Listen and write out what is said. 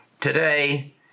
Today